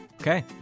Okay